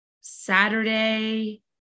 Saturday